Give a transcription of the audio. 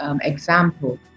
example